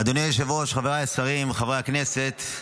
אדוני היושב-ראש, חבריי השרים, חברי הכנסת,